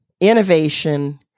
Innovation